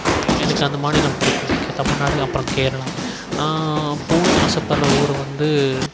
அந்த எனக்கு அந்த மாநிலம் பிடிக்கும் தமிழ்நாடு அப்புறம் கேரளா நான் போகணுன்னு ஆசைப்பட்ற ஊர் வந்து